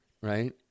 Right